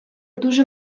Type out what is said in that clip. дуже